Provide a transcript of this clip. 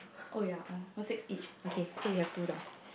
oh ya oh ya one six each okay so we have two down